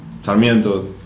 Sarmiento